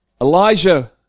Elijah